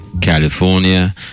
California